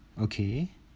okay